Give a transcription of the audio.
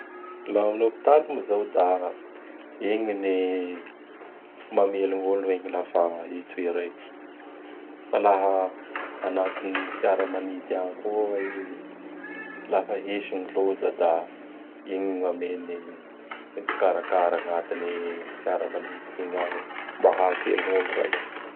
Laha am hôpitaly moa izao da igny ny mamelo gn' olo igny laha fa i toira igny. Fa laha anatin'ny fiaramanidy agny koa i; lafa hisy gn loza da igny ameny mpikarakara agnatin'ny fiaramanidy igny ao mba hahavelo ny olo raiky.